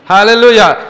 Hallelujah